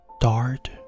dart